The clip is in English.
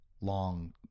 Long